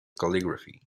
calligraphy